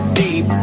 deep